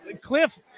Cliff